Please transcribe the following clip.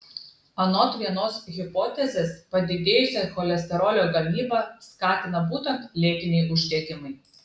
anot vienos hipotezės padidėjusią cholesterolio gamybą skatina būtent lėtiniai uždegimai